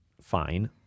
Fine